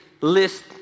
list